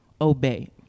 obey